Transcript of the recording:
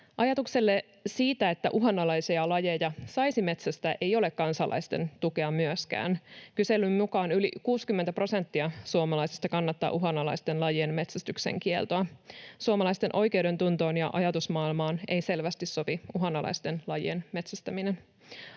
Ajatukselle siitä, että uhanalaisia lajeja saisi metsästää, ei ole myöskään kansalaisten tukea. Kyselyn mukaan yli 60 prosenttia suomalaisista kannattaa uhanalaisten lajien metsästyksen kieltoa. Suomalaisten oikeudentuntoon ja ajatusmaailmaan ei selvästi sovi uhanalaisten lajien metsästäminen.